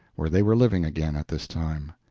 where they were living again at this time.